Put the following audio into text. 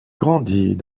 grandit